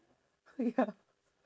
ya